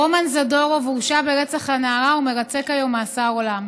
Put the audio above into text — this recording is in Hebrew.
רומן זדורוב הורשע ברצח הנערה ומרצה כיום מאסר עולם.